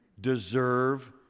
deserve